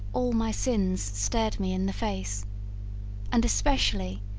all my sins stared me in the face and especially,